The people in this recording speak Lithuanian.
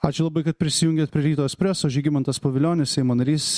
ačiū labai kad prisijungėt prie ryto espreso žygimantas pavilionis seimo narys